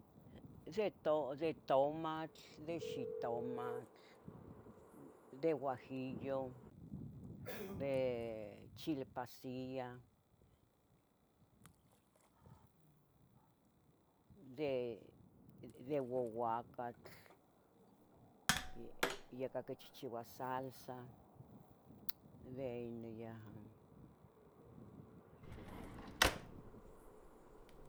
De to de tomatl, de xitomatl, de huajillo, de chile pasilla, um, de guaguacatl, de yaca quichichiuah salsa, de ino yaha, huajillo, sa.